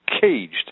caged